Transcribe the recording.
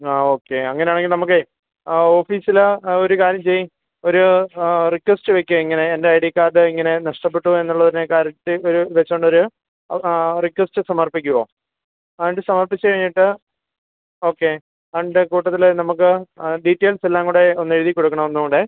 ആ ഓക്കെ അങ്ങനാണെങ്കിൽ നമുക്കേ ആ ഓഫീസിലാ ആ ഒരു കാര്യം ചെയ്യ് ഒരു ആ റിക്വസ്റ്റ് വെക്കാം ഇങ്ങനെ എൻ്റെ ഐ ഡി കാർഡ് ഇങ്ങനെ നഷ്ടപ്പെട്ട് പോയെന്നുള്ളതിന് കറക്റ്റ് ഒരു വെച്ചോണ്ടൊരു ആ റിക്വസ്റ്റ് സമർപ്പിക്കുവോ ആൻഡ് സമർപ്പിച്ച് കഴിഞ്ഞിട്ട് ഓക്കെ അതിൻ്റെ കൂട്ടത്തിൽ നമുക്ക് ആ ഡീറ്റെയിൽസെല്ലാം കൂടെ ഒന്നെഴുതി കൊടുക്കണൊന്നൂടെ